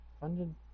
funded